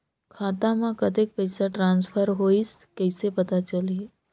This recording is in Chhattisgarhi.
खाता म कतेक पइसा ट्रांसफर होईस कइसे पता चलही?